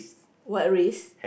what risk